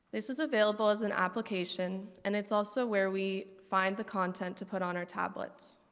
this is available as an application and it's also where we find the content to put on our tablets.